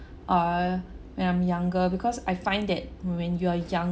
err when I'm younger because I find that when you are young